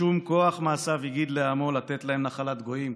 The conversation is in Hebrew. משום כוח מעשיו הגיד לעמו לתת להם נחלת גויים,